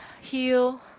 heal